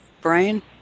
brain